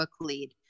lead